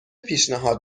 پیشنهاد